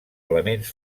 elements